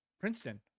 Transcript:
Princeton